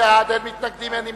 בעד, 32, אין מתנגדים ואין נמנעים.